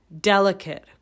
delicate